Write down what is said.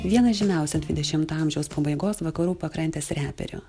vienas žymiausių dvidešimto amžiaus pabaigos vakarų pakrantės reperių